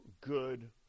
good